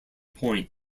point